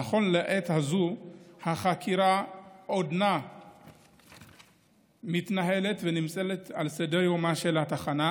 נכון לעת הזאת החקירה עודנה מתנהלת ונמצאת על סדר-יומה של התחנה,